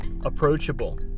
approachable